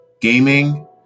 gaming